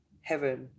heaven